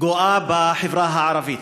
גואים בחברה הערבית.